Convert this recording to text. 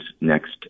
next